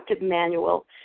manual